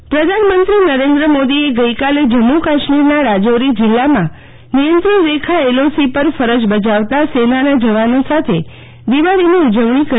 દિવાળી પ્રધાનમંત્રી નરેન્દ્ર મોદીએ ગઈકાલે જમ્મુ કાશ્મીરના રાજૌરી જીલ્લામાં નિયંત્રણ રેખા એલઓસી પર ફરજ બજાવતા સેનાના જવાનો સાથે દિવાળીની ઉજવણી કરી